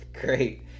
great